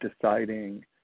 deciding